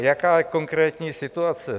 Jaká je konkrétní situace?